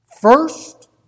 First